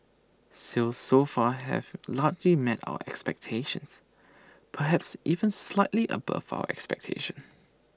sales so far have largely met our expectations perhaps even slightly above our expectations